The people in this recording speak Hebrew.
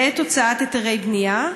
בעת הוצאת היתרי בנייה?